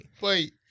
Wait